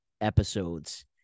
episodes